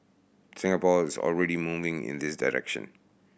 Singapore is already moving in this direction